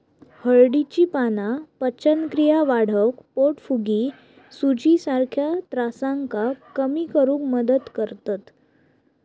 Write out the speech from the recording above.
हळदीची पाना पचनक्रिया वाढवक, पोटफुगी, सुजीसारख्या त्रासांका कमी करुक मदत करतत